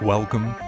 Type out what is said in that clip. Welcome